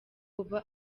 kuba